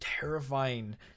terrifying